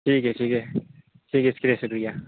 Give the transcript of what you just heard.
ٹھیک ہے ٹھیک ہے ٹھیک ہے شکریہ